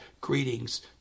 greetings